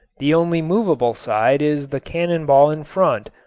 the only movable side is the cannon ball in front,